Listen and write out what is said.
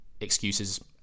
excuses